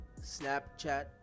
snapchat